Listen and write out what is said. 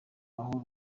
mahoro